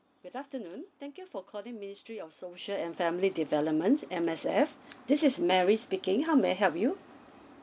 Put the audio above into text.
good afternoon thank you for calling ministry of social and family development M_S_F this is mary speaking how may I help you